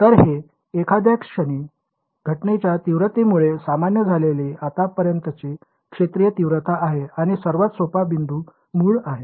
तर हे एखाद्या क्षणी घटनेच्या तीव्रतेमुळे सामान्य झालेली आतापर्यंतची क्षेत्रीय तीव्रता आहे आणि सर्वात सोपा बिंदू मूळ आहे